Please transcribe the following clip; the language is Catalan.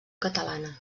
catalana